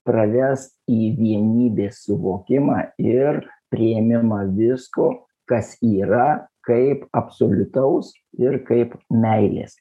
praves į vienybės suvokimą ir priėmimą visko kas yra kaip absoliutaus ir kaip meilės